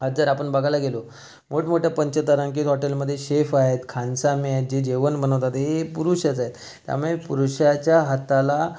आज जर आपण बघायला गेलो मोठमोठया पंचतारांकित हॉटेलमध्ये शेफ आहेत खानसामे आहेत जे जेवण बनवतात हे पुरुषच आहेत त्यामुळे पुरुषाच्या हाताला